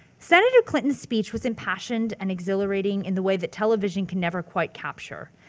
senator clinton's speech was impassioned and exhilarating in the way that television can never quite capture.